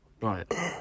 Right